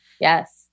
Yes